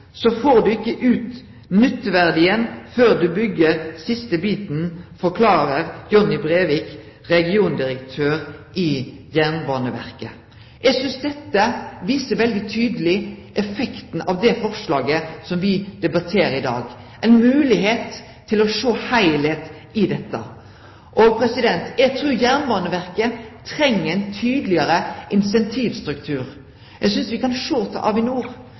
så får du ikke ut nytteverdien før du bygger siste biten, forklarer Johnny Brevik, regiondirektør Øst i JBV.» Eg synest dette viser veldig tydeleg effekten av det forslaget som me debatterer i dag – ei moglegheit til å sjå heilskapen i dette. Eg trur Jernbaneverket treng ein tydelegare incentivstruktur. Eg synest me skal sjå til Avinor,